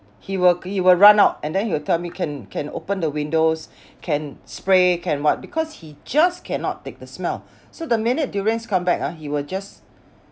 he will he will run out and then he will tell me can can open the windows can spray can what because he just cannot take the smell so the minute durians come back ah he will just